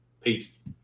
Peace